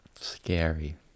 scary